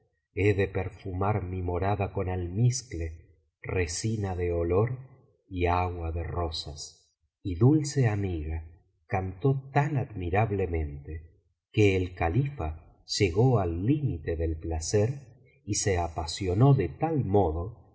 de perfumar mi morada con almizcle resina de olor y agua de rosas y dulce amiga cantó tan admirablemente que el califa llegó al límite del placer y se apasionó de tal modo